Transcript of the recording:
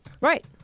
Right